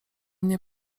mnie